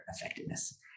effectiveness